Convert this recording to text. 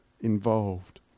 involved